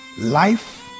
Life